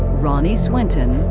ronnee swenton,